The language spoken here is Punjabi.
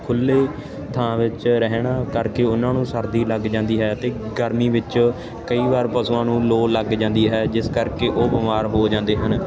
ਖੁੱਲ੍ਹੇ ਥਾਂ ਵਿੱਚ ਰਹਿਣ ਕਰਕੇ ਉਹਨਾਂ ਨੂੰ ਸਰਦੀ ਲੱਗ ਜਾਂਦੀ ਹੈ ਅਤੇ ਗਰਮੀ ਵਿੱਚ ਕਈ ਵਾਰ ਪਸ਼ੂਆਂ ਨੂੰ ਲੋ ਲੱਗ ਜਾਂਦੀ ਹੈ ਜਿਸ ਕਰਕੇ ਉਹ ਬਿਮਾਰ ਹੋ ਜਾਂਦੇ ਹਨ